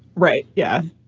right. yeah.